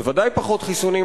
בוודאי פחות חיסונים,